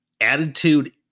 Attitude